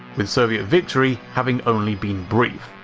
with soviet victory having only been brief.